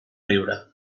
riure